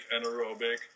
anaerobic